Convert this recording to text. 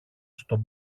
στον